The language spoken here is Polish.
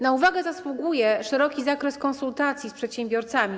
Na uwagę zasługuje szeroki zakres konsultacji z przedsiębiorcami.